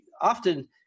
Often